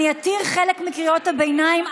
אני אתיר חלק מקריאות הביניים,